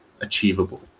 achievable